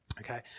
Okay